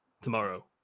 Tomorrow